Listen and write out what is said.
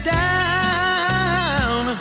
down